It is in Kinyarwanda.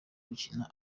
gukina